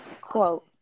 Quote